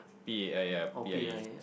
P_A_I yea P_I_E